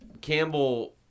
Campbell –